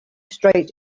straight